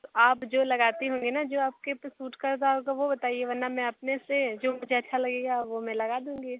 तो आप जो लगाती होंगी ना जो आपके ऊपर सूट करता होगा वो बताइए वरना मैं अपने से जो मुझे अच्छा लगेगा वो मैं लगा दूँगी